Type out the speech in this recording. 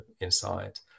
inside